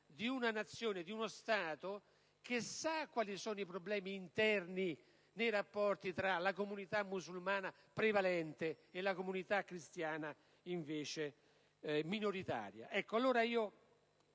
di una Nazione, di uno Stato che conosce i problemi interni esistenti tra la comunità musulmana, prevalente, e la comunità cristiana, minoritaria.